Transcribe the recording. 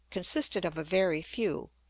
consisted of a very few,